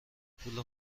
پول